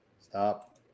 Stop